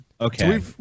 Okay